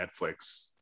Netflix